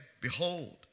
Behold